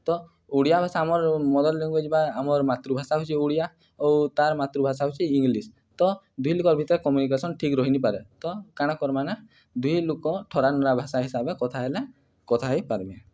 ତ ଓଡ଼ିଆ ଭାଷା ଆମର ମଦର ଲେଙ୍ଗୁଏଜ ବା ଆମର ମାତୃଭାଷା ହଉଛି ଓଡ଼ିଆ ଓ ତାର ମାତୃଭାଷା ହଉଚି ଇଂଲିଶ ତ ଦୁଇ ଲୋକର୍ ଭିତରେ କମ୍ୟୁନିକେସନ ଠିକ୍ ରହିନିପାରେ ତ କାଣା କର୍ମା ନା ଦୁଇ ଲୋକ ଠରା ନରା ଭାଷା ହିସାବରେ କଥା ହେଲେ କଥା ହେଇ ପାରମେ